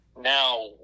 now